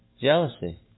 Jealousy